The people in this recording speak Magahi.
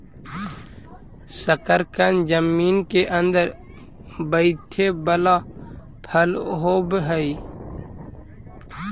शकरकन जमीन केअंदर बईथे बला फल होब हई